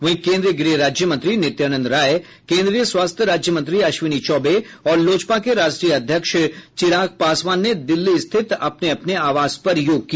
वहीं केंद्रीय गृह राज्य मंत्री नित्यानंद राय केंद्रीय स्वास्थ्य राज्य मंत्री अश्विनी चौबे और लोजपा के राष्ट्रीय अध्यक्ष चिराग पासवान ने दिल्ली स्थित अपने अपने आवास पर योग किया